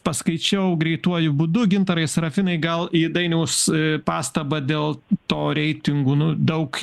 paskaičiau greituoju būdu gintarai sarafinai gal į dainiaus pastabą dėl to reitingų nu daug